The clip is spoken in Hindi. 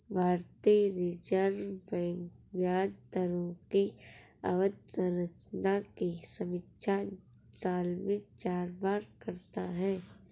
भारतीय रिजर्व बैंक ब्याज दरों की अवधि संरचना की समीक्षा साल में चार बार करता है